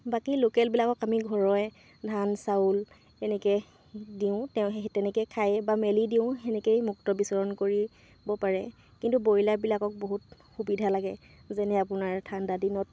বাকী লোকেলবিলাকক আমি ঘৰৰে ধান চাউল এনেকৈ দিওঁ তেওঁ সেই তেনেকৈয়ে খায় বা মেলি দিওঁ সেনেকৈয়ে মুক্ত বিচৰণ কৰিব পাৰে কিন্তু ব্ৰইলাৰবিলাকক বহুত সুবিধা লাগে যেনে আপোনাৰ ঠাণ্ডা দিনত